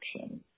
action